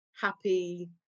happy